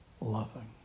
loving